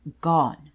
Gone